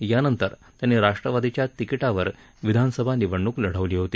यानंतर त्यांनी राष्ट्रवादीच्या तिकिटावर विधानसभा निवडणूक लढवली होती